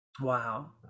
wow